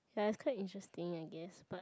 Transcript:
ya it's quite interesting I guess but